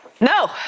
No